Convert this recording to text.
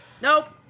Nope